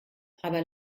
aber